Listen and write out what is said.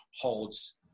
holds